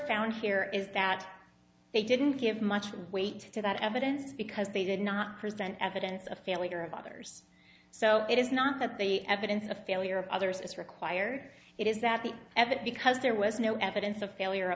found here is that they didn't give much weight to that evidence because they did not present evidence of failure of others so it is not that they evidence a failure of others is required it is that the evatt because there was no evidence of failure